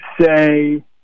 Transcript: say